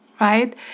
right